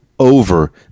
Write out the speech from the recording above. Over